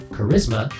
charisma